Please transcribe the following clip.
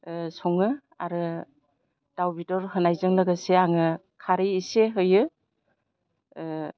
सङो आरो दाउ बेदर होनायजों लोगोसे आङो खारै एसे होयो